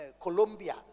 Colombia